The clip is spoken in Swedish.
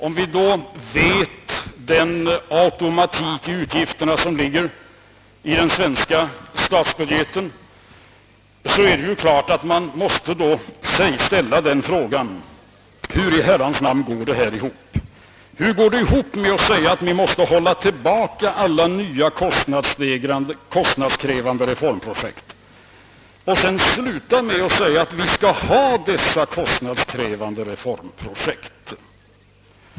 Känner vi till den automatik beträffande utgifterna som ligger i den svenska statsbudgeten är det klart att man måste fråga sig: Hur i Herrans namn går då detta ihop? Hur går talet om att vi måste avstå från alla nya kostnadskrävande reformprojekt ihop med slutklämmen att vi skall genomföra dessa kostnadskrävande reformprojekt?